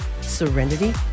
Serenity